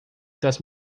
das